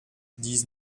dix